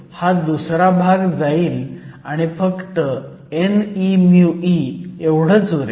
त्यामुळे हा दुसरा भाग जाईल आणि फक्त n e μe उरेल